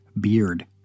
beard